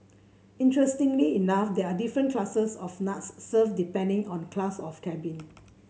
interestingly enough there are different classes of nuts served depending on class of cabin